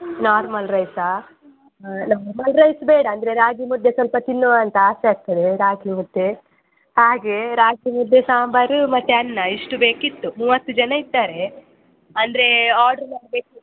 normal ರೈಸಾ normal rice ಬೇಡ ಅಂದರೆ ರಾಗಿ ಮುದ್ದೆ ಸ್ವಲ್ಪ ತಿನ್ನುವ ಅಂತ ಆಸೆ ಆಗ್ತದೆ ರಾಗಿ ಮುದ್ದೆ ಹಾಗೆ ರಾಗಿ ಮುದ್ದೆ ಸಾಂಬಾರು ಮತ್ತು ಅನ್ನ ಇಷ್ಟು ಬೇಕಿತ್ತು ಮೂವತ್ತು ಜನ ಇದ್ದಾರೆ ಅಂದರೆ ಆರ್ಡ್ರ್ ಮಾಡಬೇಕು